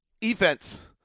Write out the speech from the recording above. defense